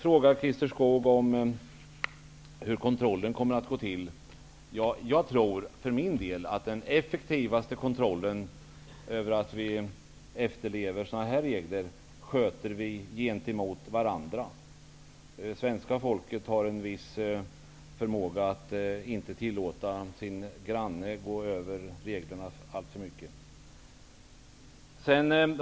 Christer Skoog frågar hur kontrollen skall gå till. Jag tror för min del att den effektivaste kontrollen av att vi efterlever dessa regler sköter vi gentemot varandra. Svenska folket har en viss förmåga att inte tillåta grannen att gå emot reglerna alltför mycket.